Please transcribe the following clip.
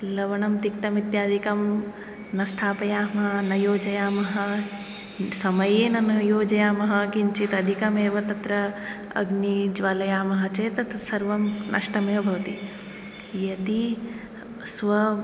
लवणं तिक्तम् इत्यादिकं न स्थापयामः न योजयामः समये न योजयामः किञ्चित् अधिकमेव तत्र अग्निं ज्वालयामः चेत् तत्र सर्वं नष्टम् एव भवति यदि स्व